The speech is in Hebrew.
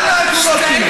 אלה העקרונות שלי.